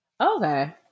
Okay